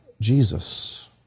Jesus